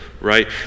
Right